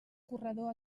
corredor